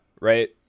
right